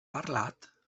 parlat